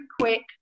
quick